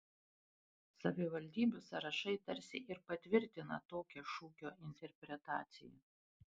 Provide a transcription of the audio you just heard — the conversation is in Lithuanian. savivaldybių sąrašai tarsi ir patvirtina tokią šūkio interpretaciją